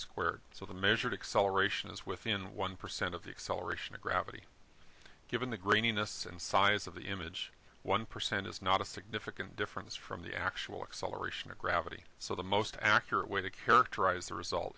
the measured acceleration is within one percent of the acceleration of gravity given the graininess and size of the image one percent is not a significant difference from the actual acceleration of gravity so the most accurate way to characterize the result